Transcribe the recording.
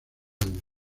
años